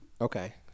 Okay